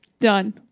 Done